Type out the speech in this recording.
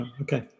okay